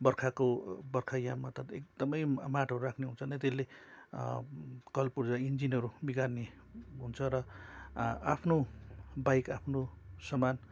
बर्खाको बर्खायाममा त एकदमै मा माटोहरू राख्ने हुन्छ नै त्यसले कलपुर्जा इन्जिनहरू बिगार्ने हुन्छ र आ आफ्नो बाइक आफ्नो सामान